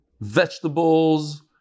vegetables